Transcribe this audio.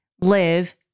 live